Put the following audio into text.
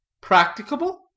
Practicable